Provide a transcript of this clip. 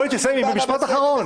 היא במשפט אחרון.